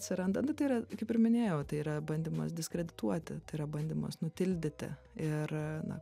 atsiranda nu tai yra kaip ir minėjau tai yra bandymas diskredituoti tai yra bandymas nutildyti ir na